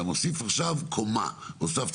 הוספת עכשיו קומה,